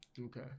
Okay